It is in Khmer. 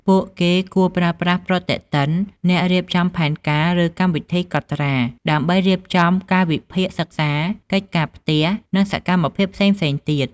ពួកគេគួរប្រើប្រាស់ប្រតិទិន អ្នករៀបចំផែនការ ឬកម្មវិធីកត់ត្រា ដើម្បីរៀបចំកាលវិភាគសិក្សា កិច្ចការផ្ទះ និងសកម្មភាពផ្សេងៗទៀត។